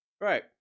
Right